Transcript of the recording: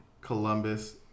Columbus